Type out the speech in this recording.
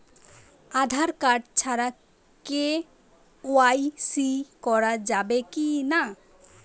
Aadhaar card ছাড়া KYC করা যাবে কি না?